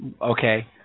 Okay